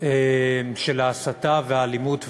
של ההסתה, האלימות והגזענות,